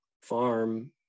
farm